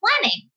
planning